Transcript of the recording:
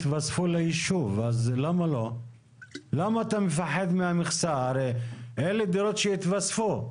למה אתה מפחד מהמכסה, הרי אלה דירות שהתווספו?